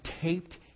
taped